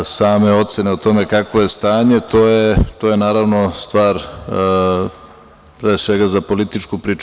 Same ocene o tome kako je stanje, to je naravno stvar, pre svega za političku priču.